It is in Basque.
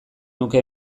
nuke